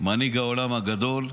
מנהיג העולם הגדול.